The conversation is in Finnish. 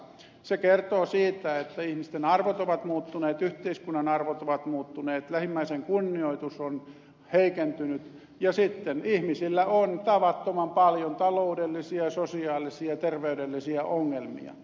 se kertoo siitä että ihmisten arvot ovat muuttuneet yhteiskunnan arvot ovat muuttuneet lähimmäisen kunnioitus on heikentynyt ja sitten ihmisillä on tavattoman paljon taloudellisia sosiaalisia ja terveydellisiä ongelmia